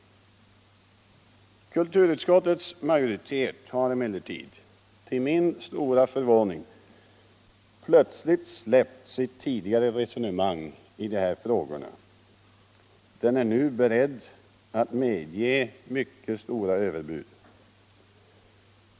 Kulturutskottets majoritet har emellertid till min stora förvåning plötsligt gått ifrån sitt tidigare resonemang i de här frågorna. Utskottet är nu berett att godta mycket stora överbud.